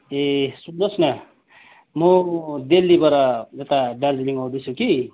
ए सुन्नुहोस् न म दिल्लीबाट उता दार्जिलिङ आउँदैछु कि